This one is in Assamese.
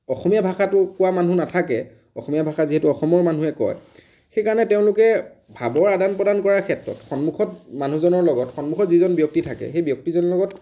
অসমীয়া ভাষাটো কোৱা মানুহ নাথাকে অসমীয়া ভাষা যিহেতু অসমৰ মানুহে কয় সেইকাৰণে তেওঁলোকে ভাৱৰ আদান প্ৰদান কৰাৰ ক্ষেত্ৰত সন্মুখত মানুহজনৰ লগত সন্মুখত যিজন ব্য়ক্তি থাকে সেই ব্য়ক্তিজনৰ লগত